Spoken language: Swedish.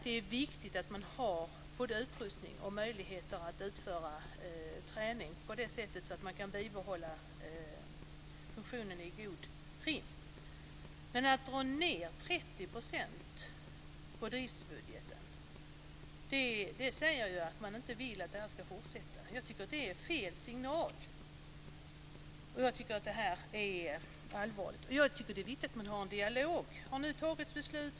Det är viktigt att man har utrustning och möjligheter att träna på så sätt att man kan bibehålla funktionen. Drar man ned driftsbudgeten med 30 % vill man inte att verksamheten ska fortsätta. Jag tycker att det är fel signal. Jag tycker att det är allvarligt. Det är viktigt att man har en dialog. Det har fattats beslut.